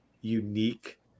unique